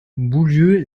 boulieu